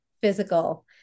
physical